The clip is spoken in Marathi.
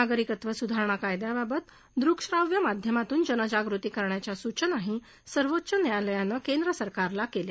नागरिकत्व सुधारणा कायद्याबाबत दृकश्राव्य माध्यमातून जनजागृती करण्याची सूचनाही सर्वोच्च न्यायालयानं केंद्र सरकारला केली